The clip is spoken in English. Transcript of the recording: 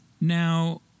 Now